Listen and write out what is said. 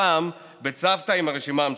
הפעם בצוותא עם הרשימה המשותפת,